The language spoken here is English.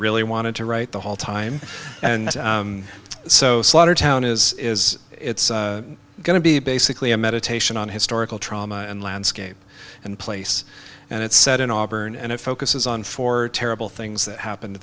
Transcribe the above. really wanted to write the whole time and so slaughter town is is it's going to be basically a meditation on historical trauma and landscape and place and it's set in auburn and it focuses on four terrible things that happen